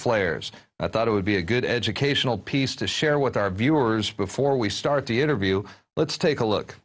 flares and i thought it would be a good educational piece to share with our viewers before we start the interview let's take a look